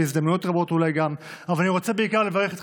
ואולי גם הזדמנויות רבות.